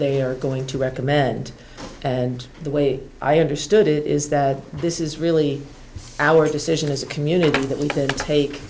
they are going to recommend and the way i understood it is that this is really our decision as a community that we could take